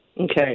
Okay